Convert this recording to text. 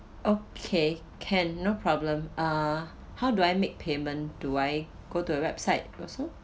okay can no problem uh how do I make payment do I go to the website also